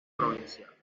provincial